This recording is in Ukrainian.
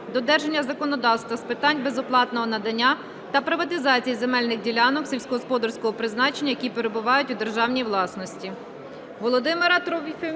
додержання законодавства з питань безоплатного надання та приватизації земельних ділянок сільськогосподарського призначення, які перебувають у державній власності.